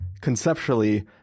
conceptually